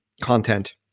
content